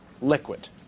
liquid